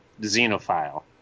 Xenophile